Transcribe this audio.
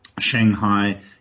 Shanghai